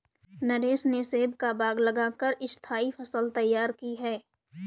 नरेश ने सेब का बाग लगा कर स्थाई फसल तैयार की है